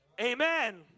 Amen